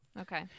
Okay